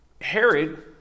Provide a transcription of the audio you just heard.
Herod